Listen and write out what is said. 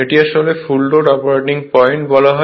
এটি আসলে full load operating point বলা হয়